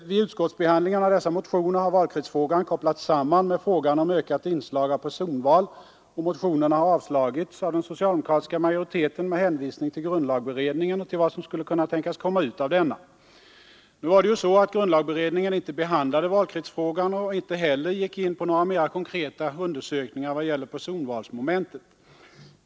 Vid utskottsbehandlingen av dessa motioner har valkretsfrågan kopplats samman med frågan om ökat inslag av personval, och motionerna har avslagits av den socialdemokratiska majoriteten med hänvisning till grundlagberedningen och till vad som skulle kunna tänkas komma ut av denna. Nu var det emellertid så, att grundlagberedningen inte behandlade valkretsfrågan och inte heller gick in på några mer konkreta undersökningar i vad gäller personvalsmomentet.